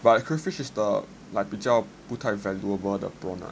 but crayfish is like the 比较 valuable prawn ah